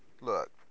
look